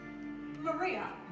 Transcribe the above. Maria